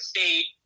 State